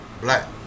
Black